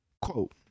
Quote